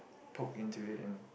poke into it and